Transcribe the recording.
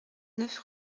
neuf